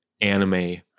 anime